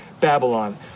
Babylon